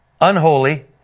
unholy